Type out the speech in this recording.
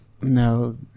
no